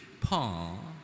Paul